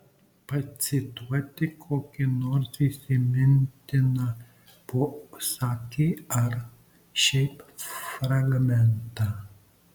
pacituoti kokį nors įsimintiną posakį ar šiaip fragmentą